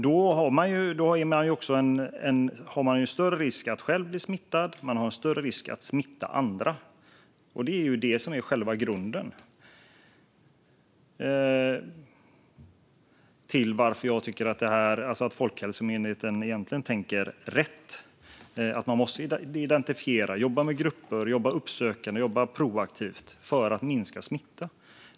De har en större risk att själv bli smittade, och de har en större risk att smitta andra. Det är ju det som är själva grunden till att jag tycker att Folkhälsomyndigheten egentligen tänker rätt: att man måste identifiera och jobba proaktivt och uppsökande med grupper för att minska smittan.